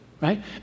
right